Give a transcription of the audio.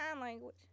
language